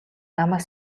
намайг